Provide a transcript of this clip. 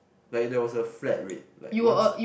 like there was a flat rate like once